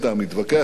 התווכח אתם,